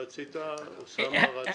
רצית, אוסאמה רצה?